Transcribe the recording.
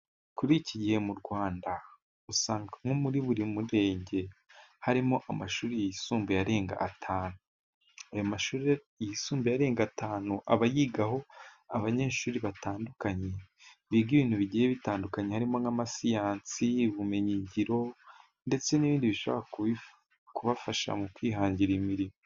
Kuri iki gihe mu rwanda usanga nko muri buri murenge, harimo amashuri yisumbuye arenga atanu; ayo mashuri yisumbuye arenga atanu abayigaho abanyeshuri batandukanye, biga ibintu bigiye bitandukanye harimo, nk' amasiyanse y' ubumenyingiro ndetse n' ibindi bishobora kubafasha mu kwihangira imirimo.